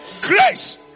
grace